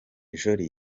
jolie